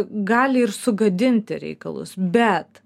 gali ir sugadinti reikalus bet